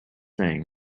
thing